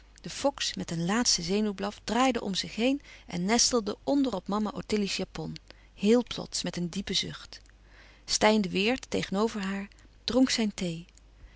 de fox met een laatsten zenuwblaf draaide om zich rond en nestelde onder op mama ottilie's japon heel plots met een diepen zucht steyn de weert tegenover haar dronk zijn thee